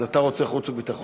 אז אתה רוצה חוץ וביטחון.